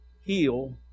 heal